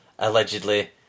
allegedly